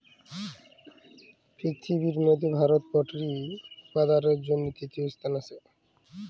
পিরথিবির মধ্যে ভারতে পল্ট্রি উপাদালের জনহে তৃতীয় স্থালে আসে